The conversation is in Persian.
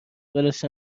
ولش